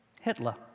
Hitler